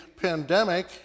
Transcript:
pandemic